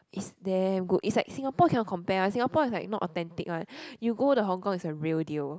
it's damn good it's like Singapore cannot compare one Singapore is like not authentic one you go to hong-kong and it's the real deal